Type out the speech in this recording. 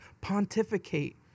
pontificate